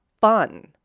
fun